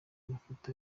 mafoto